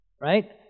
right